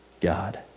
God